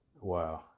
Wow